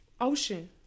ocean